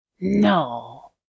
No